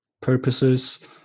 purposes